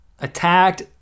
attacked